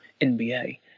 nba